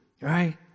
Right